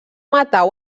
matar